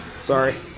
Sorry